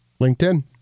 linkedin